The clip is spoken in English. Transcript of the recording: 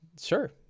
sure